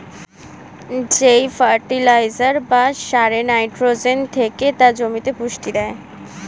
যেই ফার্টিলাইজার বা সারে নাইট্রোজেন থেকে তা জমিতে পুষ্টি দেয়